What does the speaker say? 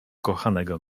kochanego